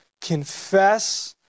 confess